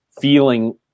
feeling